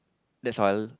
that's all